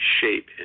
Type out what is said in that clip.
shape